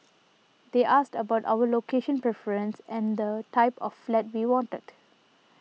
they asked about our location preference and the type of flat we wanted